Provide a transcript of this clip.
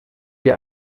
wir